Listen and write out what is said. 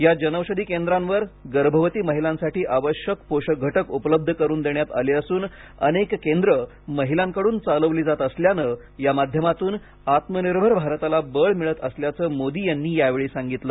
या जनौषधी केंद्रांवर गर्भवती महिलांसाठी आवश्यक पोषक घटक उपलब्ध करून देण्यात आले असून अनेक केंद्र महिलांकडून चालवली जात असल्यानं या माध्यमातून आत्मनिर्भर भारताला बळ मिळत असल्याचं मोदी यांनी यावेळी सांगितलं